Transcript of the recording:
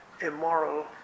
immoral